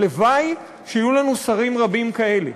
הלוואי שיהיו לנו שרים רבים כאלה,